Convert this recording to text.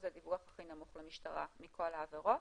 הדיווח הכי נמוך במשטרה מכל העבירות.